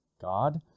God